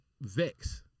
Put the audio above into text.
vex